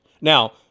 Now